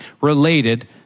related